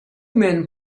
men